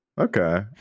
okay